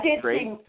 great